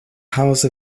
house